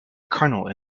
colonel